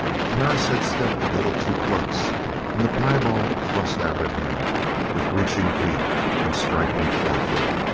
perris had stepped a little too close and the piebald thrust out at him with reaching teeth and striking forefoot.